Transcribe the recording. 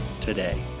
today